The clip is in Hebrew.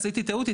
עשיתי טעות,